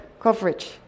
coverage